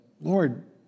Lord